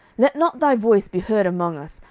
let not thy voice be heard among us,